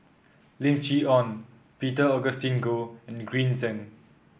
Lim Chee Onn Peter Augustine Goh and Green Zeng